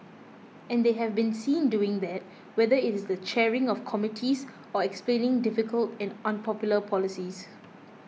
and they have been seen doing that whether it is the chairing of committees or explaining difficult and unpopular policies